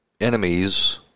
enemies